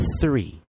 three